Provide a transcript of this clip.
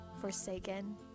forsaken